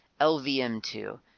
LVM2